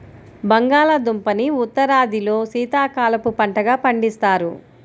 బంగాళాదుంపని ఉత్తరాదిలో శీతాకాలపు పంటగా పండిస్తారు